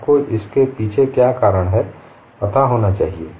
आप को इसके पीछे क्या कारण है पता होना चाहिए